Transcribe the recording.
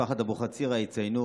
במשפחת אבוחצירא יציינו